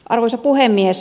arvoisa puhemies